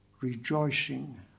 rejoicing